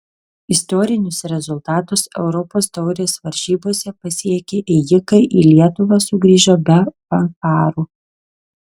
istorinius rezultatus europos taurės varžybose pasiekę ėjikai į lietuvą sugrįžo be fanfarų